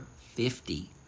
fifty